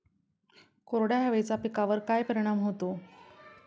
कोरड्या हवेचा पिकावर काय परिणाम होतो?